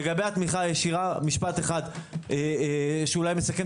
לגבי התמיכה הישירה משפט אחד שאולי מסכם